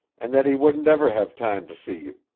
and that he wouldn't ever have time to see you.